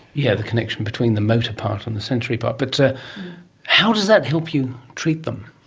yeah the connection between the motor part and the sensory part. but how does that help you treat them?